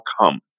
come